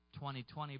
2020